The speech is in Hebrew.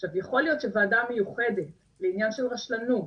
עכשיו יכול להיות שוועדה מיוחדת לעניין של רשלנות